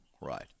right